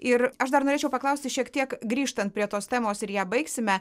ir aš dar norėčiau paklausti šiek tiek grįžtant prie tos temos ir ją baigsime